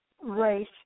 race